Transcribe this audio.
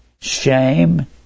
shame